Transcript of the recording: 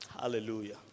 Hallelujah